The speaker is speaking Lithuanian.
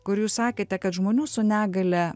kur jūs sakėte kad žmonių su negalia